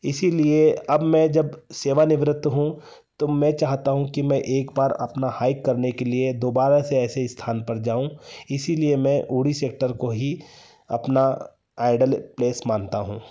इसलिए अब मैं जब सेवानिवृत्त हूँ तो मैं चाहता हूँ कि मैं एक बार अपना हाइक करने के लिए दोबारा से ऐसे स्थान पर जाऊँ इसलिए मैं उड़ी सेक्टर को ही अपना आइडल प्लेस मानता हूँ